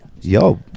Yo